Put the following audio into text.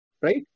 right